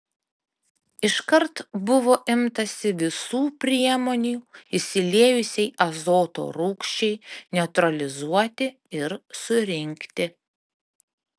iškart buvo imtasi visų priemonių išsiliejusiai azoto rūgščiai neutralizuoti ir surinkti